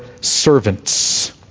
servants